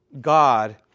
God